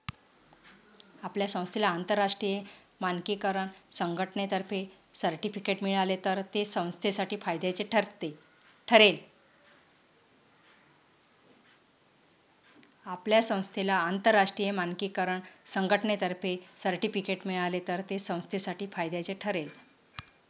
आपल्या संस्थेला आंतरराष्ट्रीय मानकीकरण संघटनेतर्फे सर्टिफिकेट मिळाले तर ते संस्थेसाठी फायद्याचे ठरेल